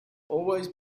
always